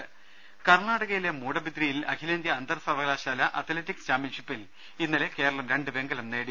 രദേഷ്ടെടു കർണാടകയിലെ മൂഡബിദ്രിയിൽ അഖിലേന്ത്യാ അന്തർ സർവകലാ ശാലാ അത്ലറ്റിക്സ് ചാമ്പ്യൻഷിപ്പിൽ ഇന്നലെ കേരളം രണ്ട് വെങ്കലം നേടി